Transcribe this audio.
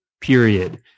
period